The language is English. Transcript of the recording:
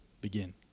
begin